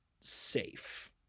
safe